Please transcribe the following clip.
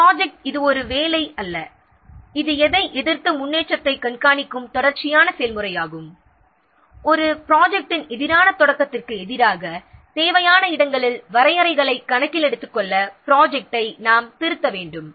project ஒரு வேலை அல்ல இது முன்னேற்றத்தை எதிர்த்து கண்காணிக்கும் தொடர்ச்சியான செயல்முறையாகும் ஒரு ப்ராஜெக்ட்டிக்கு தொடக்கத்திற்கு எதிராக தேவையான இடங்களில் வரையறைகளை கணக்கில் எடுத்துக்கொள்ள ப்ராஜெக்ட்டை நாம் திருத்த வேண்டும்